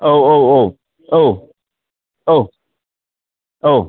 औ औ औ